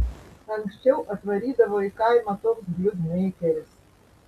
anksčiau atvarydavo į kaimą toks bliuzmeikeris